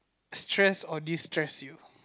stress or destress you